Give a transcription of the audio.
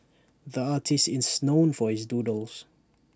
the artist is known for his doodles